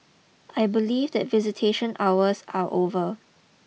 I believe that visitation hours are over